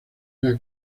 era